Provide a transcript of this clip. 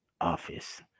office